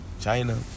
China